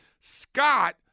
Scott –